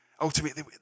ultimately